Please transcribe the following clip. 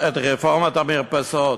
את רפורמת המרפסות,